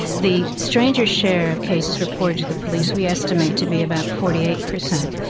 the stranger share of cases reported to the police we estimate to be about forty eight per cent,